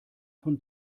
von